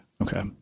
Okay